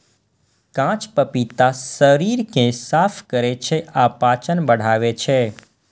कांच पपीता शरीर कें साफ करै छै आ पाचन बढ़ाबै छै